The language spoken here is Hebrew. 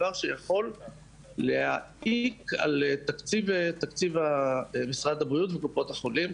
דבר שיכול להעיק על תקציב משרד הבריאות וקופות החולים.